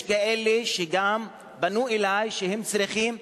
יש כאלה שאף פנו אלי שהם צריכים,